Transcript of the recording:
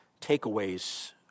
takeaways